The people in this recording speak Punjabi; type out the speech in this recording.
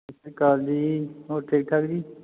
ਸਤਿ ਸ਼੍ਰੀ ਅਕਾਲ ਜੀ ਹੋਰ ਠੀਕ ਠਾਕ ਜੀ